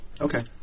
Okay